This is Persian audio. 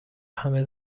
همه